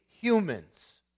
humans